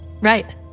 Right